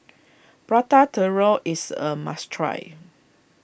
Prata Telur is a must try